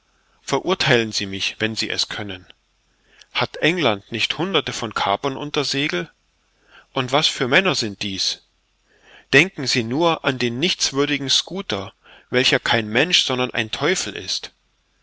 verurtheilen sie mich wenn sie es können hat england nicht hunderte von kapern unter segel und was für männer sind dies denken sie nur an den nichtswürdigen schooter welcher kein mensch sondern ein teufel ist